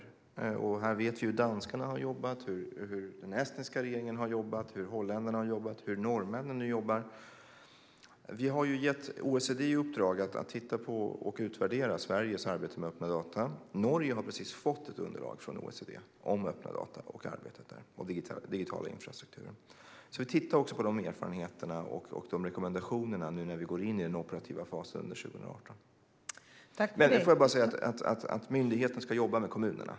Vi vet hur danskarna har jobbat, hur den estniska regeringen har jobbat, hur holländarna har jobbat och hur norrmännen nu jobbar. Vi har gett OECD i uppdrag att utvärdera Sveriges arbete med öppna data. Norge har precis fått ett underlag från OECD om arbetet med öppna data och den digitala infrastrukturen. Vi tittar på de erfarenheterna och rekommendationerna när vi går in i den operativa fasen under 2018. Myndigheten ska jobba med kommunerna.